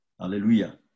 Hallelujah